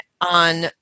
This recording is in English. on